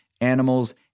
animals